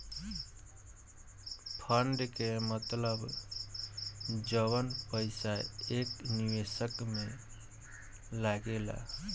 fund के मतलब जवन पईसा एक निवेशक में लागेला